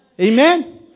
Amen